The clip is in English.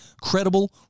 credible